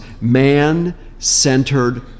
man-centered